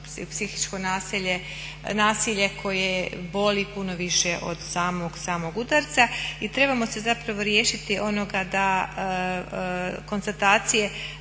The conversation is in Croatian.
psihičko nasilje koje boli puno više od samog udarca i trebamo se zapravo riješiti onoga, konstatacije